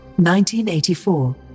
1984